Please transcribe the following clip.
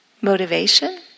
motivation